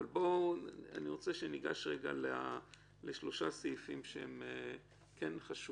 אני רוצה שניגש לשלושה סעיפים שהם חשובים.